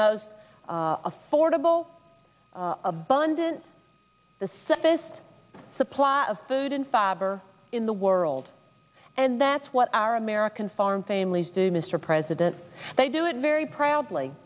most affordable abundant the safest supply of food and fiber in the world and that's what our american farm families do mr president they do it very proudly